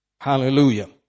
Hallelujah